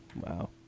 wow